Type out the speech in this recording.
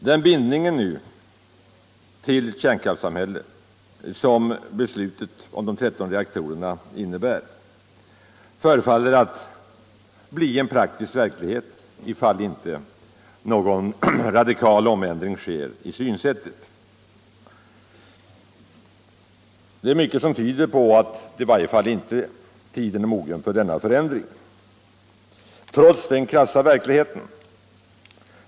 Den bindning nu till kärnkraftssamhället som beslutet om de 13 reaktorerna innebär förefaller att bli en praktisk verklighet ifall inte någon radikal ändring sker i synsättet. Det är dock mycket som i varje fall tyder på att tiden inte är mogen för denna förändring ännu, trots den krassa verkligheten.